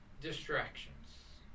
distractions